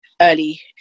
early